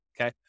okay